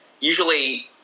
usually